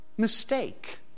Mistake